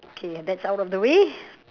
okay that's out of the way